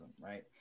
right